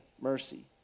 mercy